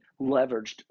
leveraged